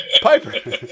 Piper